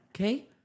Okay